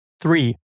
Three